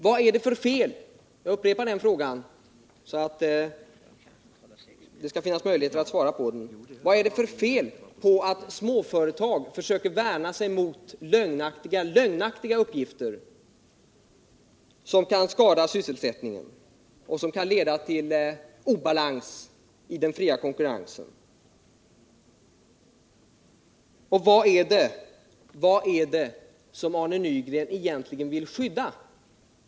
Vad är det för fel —-jag upprepar den frågan så att det skall finnas möjligheter att svara på den —i att små företag försöker värja sig mot lögnaktiga uppgifter som kan skada sysselsättningen och som kan leda till obalans i den fria konkurrensen? Och vad är det Arne Nygren egentligen vill skydda?